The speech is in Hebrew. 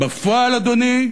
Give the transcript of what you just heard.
בפועל, אדוני,